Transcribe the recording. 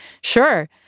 sure